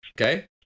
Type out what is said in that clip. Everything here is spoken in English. Okay